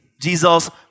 Jesus